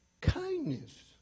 kindness